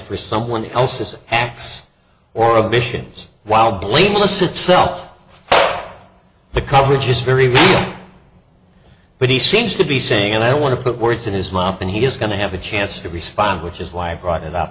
for someone else's x or of missions while blameless itself the coverage is very weak but he seems to be saying and i want to put words in his mum and he is going to have a chance to respond which is why i brought it up